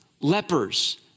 Lepers